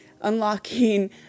unlocking